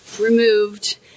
removed